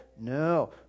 No